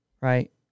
Right